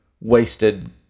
wasted